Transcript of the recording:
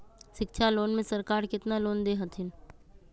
शिक्षा लोन में सरकार केतना लोन दे हथिन?